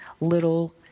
little